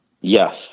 Yes